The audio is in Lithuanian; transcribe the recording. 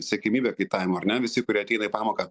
siekiamybė kaitavimo ar ne visi kurie ateina į pamoką